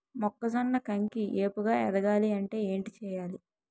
మొక్కజొన్న కంకి ఏపుగ ఎదగాలి అంటే ఏంటి చేయాలి?